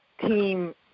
team